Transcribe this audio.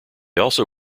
also